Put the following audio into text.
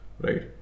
Right